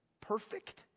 perfect